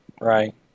Right